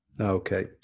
Okay